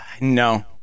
no